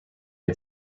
had